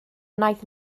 wnaeth